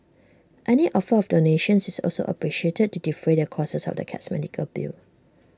any offer of donations is also appreciated to defray the costs of the cat's medical bill